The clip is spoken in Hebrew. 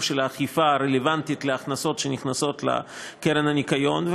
של האכיפה הרלוונטית להכנסות שנכנסות לקרן לשמירת הניקיון,